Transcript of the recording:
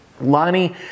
Lonnie